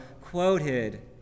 quoted